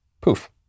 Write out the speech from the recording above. poof